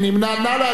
נא להצביע.